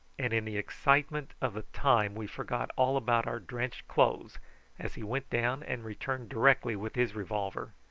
and in the excitement of the time we forgot all about our drenched clothes as he went down and returned directly with his revolver,